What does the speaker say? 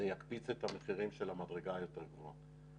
זה יקפיץ את המחירים של המדרגה היותר גבוהה.